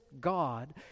God